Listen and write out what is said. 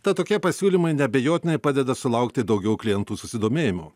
tad tokie pasiūlymai neabejotinai padeda sulaukti daugiau klientų susidomėjimo